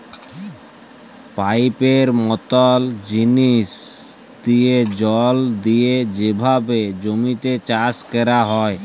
পাইপের মতল জিলিস দিঁয়ে জল দিঁয়ে যেভাবে জমিতে চাষ ক্যরা হ্যয়